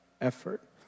effort